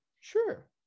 Sure